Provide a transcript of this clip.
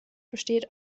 besteht